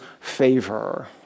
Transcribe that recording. favor